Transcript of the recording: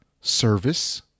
service